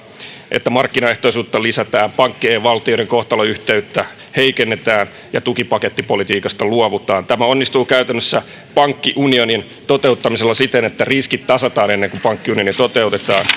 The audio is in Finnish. että markkinaehtoisuutta lisätään pankkien ja valtioiden kohtaloyhteyttä heikennetään ja tukipakettipolitiikasta luovutaan tämä onnistuu käytännössä pankkiunionin toteuttamisella siten että riskit tasataan ennen kuin pankkiunioni toteutetaan